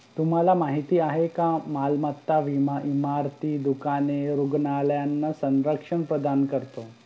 तुम्हाला माहिती आहे का मालमत्ता विमा इमारती, दुकाने, रुग्णालयांना संरक्षण प्रदान करतो